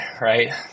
right